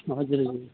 हजुर हजुर